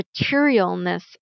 materialness